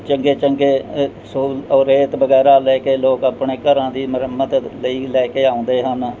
ਚੰਗੇ ਚੰਗੇ ਸੋ ਰੇਤ ਵਗੈਰਾ ਲੈ ਕੇ ਲੋਕ ਆਪਣੇ ਘਰਾਂ ਦੀ ਮੁਰੰਮਤ ਲਈ ਲੈ ਕੇ ਆਉਂਦੇ ਹਨ